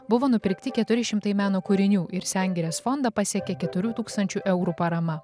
buvo nupirkti keturi šimtai meno kūrinių ir sengirės fondą pasiekė keturių tūkstančių eurų parama